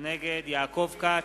נגד יעקב כץ,